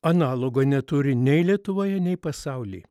analogo neturi nei lietuvoje nei pasauly